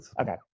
Okay